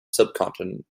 subcontinent